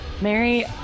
Mary